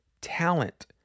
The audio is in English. talent